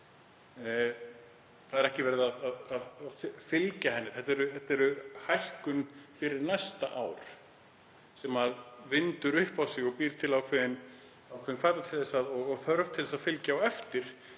Það er ekki verið að fylgja henni, þetta er hækkun fyrir næsta ár sem vindur upp á sig og býr til ákveðinn hvata og þörf til að fylgja henni